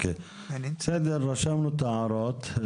בסדר, רשמנו את ההערות.